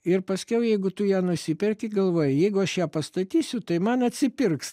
ir paskiau jeigu tu ją nusiperki galvoji jeigu aš ją pastatysiu tai man atsipirks